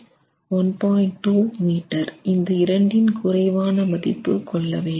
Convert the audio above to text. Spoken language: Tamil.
2 மீட்டர் இந்த இரண்டின் குறைவான மதிப்பு கொள்ள வேண்டும்